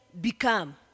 become